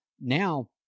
Now